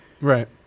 Right